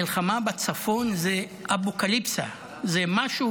מלחמה בצפון זה אפוקליפסה, זה משהו